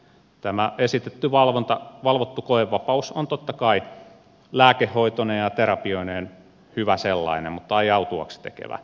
tämä esitetty valvottu koevapaus on totta kai lääkehoitoineen ja terapioineen hyvä sellainen mutta ei autuaaksi tekevä